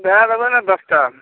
दै देबै ने दस टा